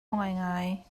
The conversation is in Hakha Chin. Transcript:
ngaingai